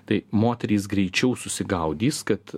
tai moterys greičiau susigaudys kad